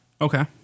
Okay